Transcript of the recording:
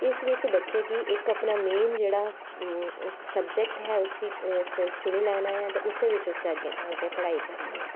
इस बिच्च बच्चे गी इक अपना मेन जेह्ड़ा सब्जैक्ट है उस्सी उस चुनी लैना ऐ ते उस्सै बिच्च उस अग्गें पढ़ाई करनी ऐ